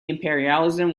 imperialism